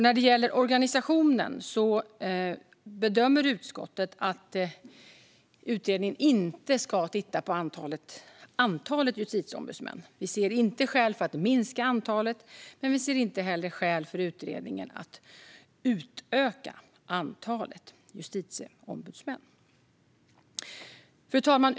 När det gäller organisationen bedömer utskottet att utredningen inte ska titta på antalet justitieombudsmän. Vi ser inte skäl för att minska antalet, men vi ser inte heller skäl för att utöka antalet justitieombudsmän. Fru talman!